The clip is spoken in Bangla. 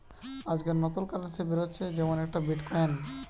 আজকাল নতুন কারেন্সি বেরাচ্ছে যেমন একটা বিটকয়েন